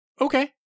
Okay